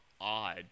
odd